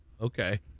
Okay